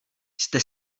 jste